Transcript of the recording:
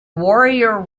warrior